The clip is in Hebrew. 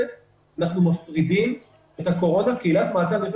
אנחנו מפרידים את הקורונה כעילת מעצר.